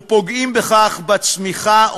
ופוגעים בכך בצמיחה,